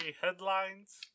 headlines